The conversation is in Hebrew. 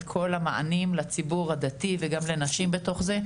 כל המענים לציבור הדתי וגם לנשים בתוך זה,